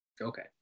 okay